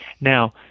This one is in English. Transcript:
Now